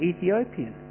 Ethiopian